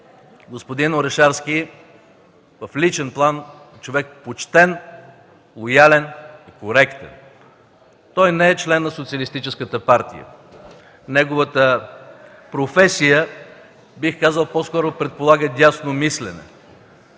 господин Орешарски е почтен, лоялен, коректен човек. Той не е член на Социалистическата партия, неговата професия, бих казал, по-скоро предполага дясно мислене.